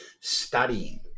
studying